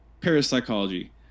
parapsychology